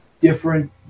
different